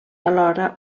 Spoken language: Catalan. alhora